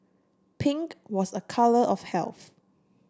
pink was a colour of health